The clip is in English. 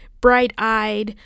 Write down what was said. bright-eyed